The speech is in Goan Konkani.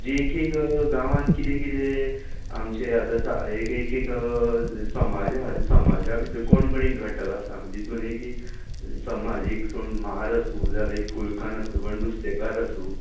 जी एक एक गांवान किदें किदें आमचें आतां एक एक समाज आसा त्या समाजा भितर कोण एक घटक आसा म्हणजे तितून एक एक समाज कोण म्हार आसूं कोण फुलकान आसूं वा नुस्तेकार आसूं